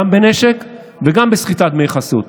גם בנשק וגם בסחיטת דמי חסות,